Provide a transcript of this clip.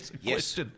Yes